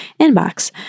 inbox